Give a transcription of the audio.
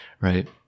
right